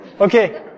Okay